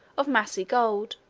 of massy gold,